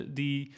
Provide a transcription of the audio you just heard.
die